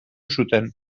zuten